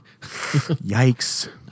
yikes